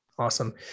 Awesome